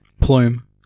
Plume